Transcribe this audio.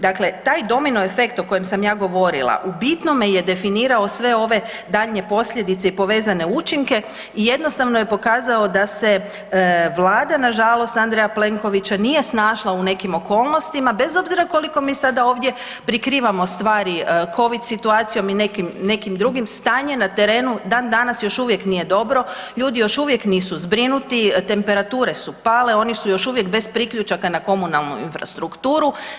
Dakle, taj domino efekt o kojem sam ja govorila u bitnome je definirao sve ove daljnje posljedice i povezane učinke i jednostavno je pokazao da se Vlada nažalost Andreja Plenkovića nije snašala u nekim okolnostima bez obzira koliko mi sada ovdje prikrivamo stvari Covid situacijom i nekim drugim, stanje na terenu dan danas još uvijek nije dobro, ljudi još uvijek nisu zbrinuti, temperature su pale, oni su još uvijek bez priključaka na komunalnu infrastrukturu.